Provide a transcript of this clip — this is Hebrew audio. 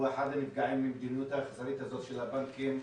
הוא אחד הנפגעים מהמדיניות האכזרית הזאת של הבנקים.